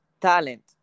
talent